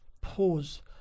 Pause